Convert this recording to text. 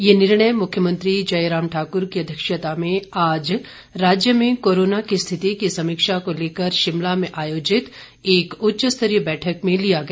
ये निर्णय मुख्यमंत्री जयराम ठाकुर की अध्यक्षता में आज राज्य में कोरोना की स्थिति की समीक्षा को लेकर शिमला में आयोजित एक उच्च स्तरीय बैठक में लिया गया